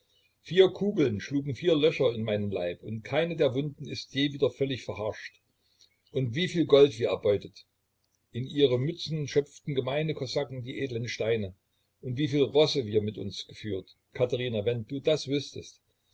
vier kugeln schlugen vier löcher in meinen leib und keine der wunden ist je wieder völlig verharscht und wieviel gold wir erbeutet in ihre mützen schöpften gemeine kosaken die edeln steine und wieviel rosse wir mit uns geführt katherina wenn du das wüßtest